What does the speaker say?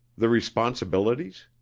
the responsibilities?